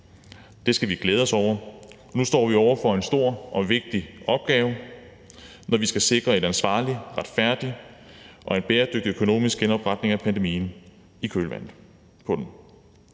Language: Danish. Det skal vi glæde os over. Og nu står vi over for en stor og vigtig opgave, når vi skal sikre en ansvarlig, retfærdig og bæredygtig økonomisk genopretning i kølvandet